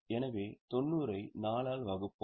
எனவே 90 ஐ 4 ஆல் வகுப்போம்